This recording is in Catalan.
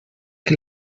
que